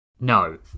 No